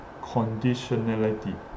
conditionality